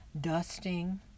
dusting